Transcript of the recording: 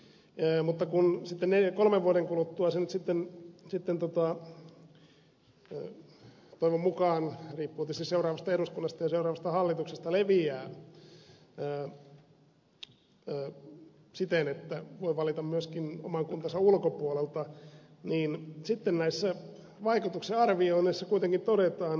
kun valinnan kirjo nyt sitten kolmen vuoden kuluttua toivon mukaan riippuu tietysti seuraavasta eduskunnasta ja seuraavasta hallituksesta leviää siten että voi valita myöskin oman kuntansa ulkopuolelta näissä vaikutuksen arvioinneissa kuitenkin todetaan